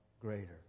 greater